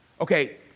Okay